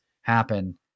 happen